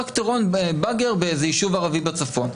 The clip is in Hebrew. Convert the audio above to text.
באיזה ישוב ערבי בצפון.